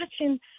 watching